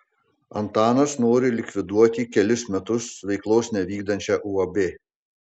antanas nori likviduoti kelis metus veiklos nevykdančią uab